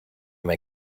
may